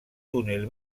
túnel